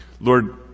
Lord